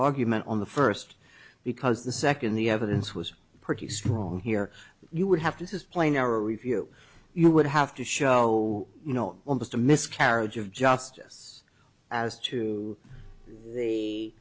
argument on the first because the second the evidence was pretty strong here you would have to says plainer if you you would have to show you know almost a miscarriage of justice as to the